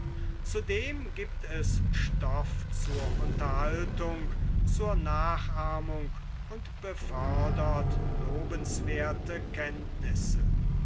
zudem giebt es stoff zur unterhaltung zur nachahmung und befördert lobenswerthe kenntnisse